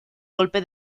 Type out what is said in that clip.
golpe